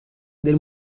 del